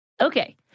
Okay